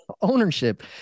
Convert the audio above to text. ownership